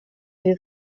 est